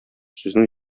сүзнең